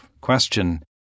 Question